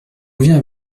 viens